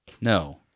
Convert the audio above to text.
No